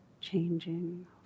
changing